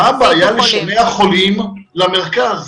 מה הבעיה לשנע חולים למרכז?